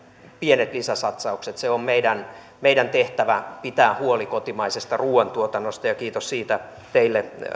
pienet lisäsatsaukset maataloudelle on meidän meidän tehtävämme pitää huoli kotimaisesta ruuantuotannosta ja kiitos siitä teille